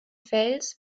fels